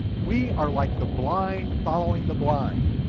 we are like the blind following the blind,